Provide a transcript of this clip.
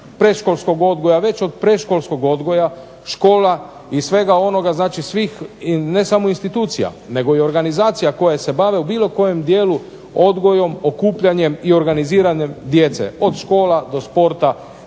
institucija već od predškolskog odgoja, škola i svega onoga znači ne samo institucija nego i organizacija koje se bave u bilo kojem dijelu odgojem, okupljanjem i organiziranjem djece od škola do sporta